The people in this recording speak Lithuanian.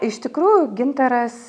iš tikrųjų gintaras